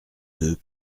deux